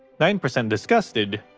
nine percent disgusted,